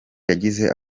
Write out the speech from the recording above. yagize